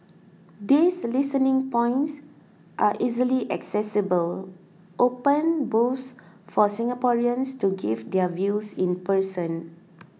these listening points are easily accessible open booths for Singaporeans to give their views in person